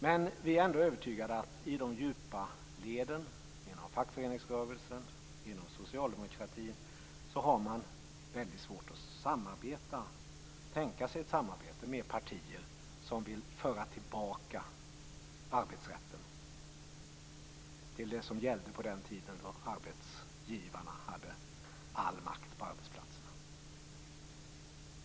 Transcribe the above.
Men vi är ändå övertygade om att man i de djupa leden, inom fackföreningsrörelsen, inom socialdemokratin, har väldigt svårt att tänka sig ett samarbete med partier som vill föra arbetsrätten tillbaka till det som gällde på den tiden då arbetsgivarna hade all makt på arbetsplatserna.